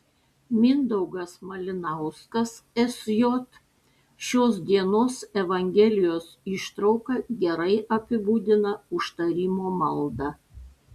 mindaugas malinauskas sj šios dienos evangelijos ištrauka gerai apibūdina užtarimo maldą